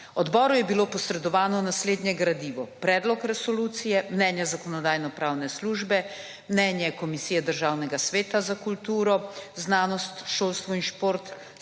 Odboru je bilo posredovano naslednje gradivo: predlog resolucije, mnenje Zakonodajno-pravne službe, mnenje Komisije Državnega sveta za kulturo, znanost, šolstvo in šport,